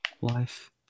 life